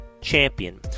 champion